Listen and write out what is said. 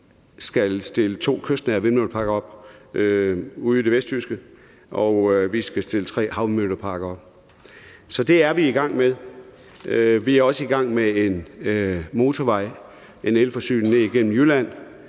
vi skal stille to kystnære vindmølleparker op ude i det vestjyske, og vi skal stille tre havvindmølleparker op. Så det er vi i gang med. Vi er også i gang med en elforsyningsmotorvej ned igennem Jylland.